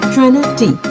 Trinity